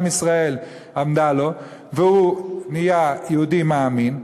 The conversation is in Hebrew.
ישראל עמדה לו והוא נהיה יהודי מאמין.